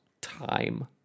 time